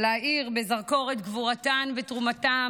להאיר בזרקור את גבורתן ותרומתן